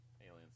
Aliens